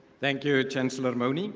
thank you, chancellor mone.